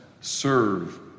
serve